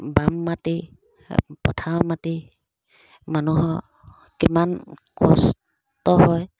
বাম মতি পথাৰৰ মতি মানুহৰ কিমান কষ্ট হয়